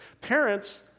Parents